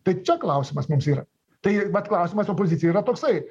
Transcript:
tai čia klausimas mums yra tai vat klausimas opozicijai yra toksai